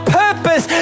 purpose